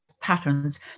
patterns